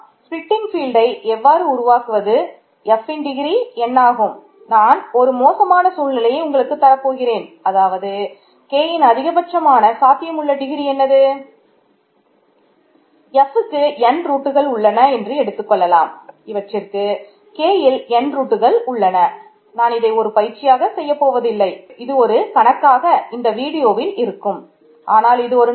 நாம் ஸ்பிலிட்டிங் என்னது